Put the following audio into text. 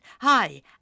Hi